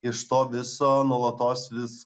iš to viso nuolatos vis